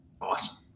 awesome